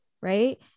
right